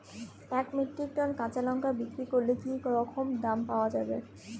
এক metric tonne কাঁচা লঙ্কা বিক্রি করলে কি রকম দাম পাওয়া যাবে?